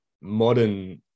modern